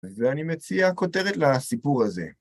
ואני מציע כותרת לסיפור הזה.